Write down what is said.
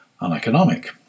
uneconomic